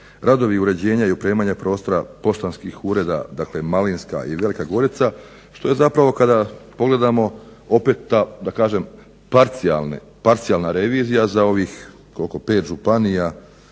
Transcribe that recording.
radovi uređenja i opremanja prostora poštanskih ureda. Dakle, Malinska i Velika Gorica što je zapravo kada pogledamo opet ta, da kažem parcijalna revizija za ovih koliko 5 županija,